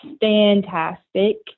fantastic